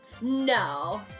No